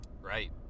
Right